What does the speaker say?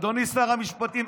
אדוני שר המשפטים,